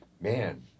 man